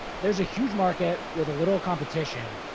there's a huge market with a little competition.